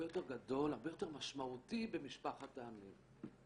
גדול, הרבה יותר משמעותי במשפחת העמים.